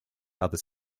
other